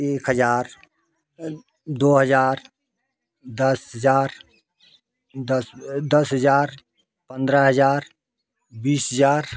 एक हज़ार दो हज़ार दस हज़ार दस दस हज़ार पंद्रह हज़ार बीस हज़ार